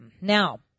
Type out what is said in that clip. Now